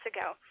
ago